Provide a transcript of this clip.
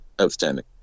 outstanding